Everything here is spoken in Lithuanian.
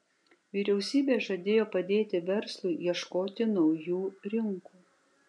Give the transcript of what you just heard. vyriausybė žadėjo padėti verslui ieškoti naujų rinkų